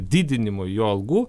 didinimo jo algų